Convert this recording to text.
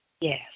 Yes